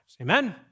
Amen